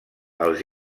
els